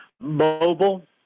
mobile